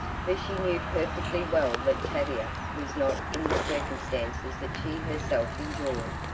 for she knew perfectly well that tavia was not in the circumstances that she herself enjoyed,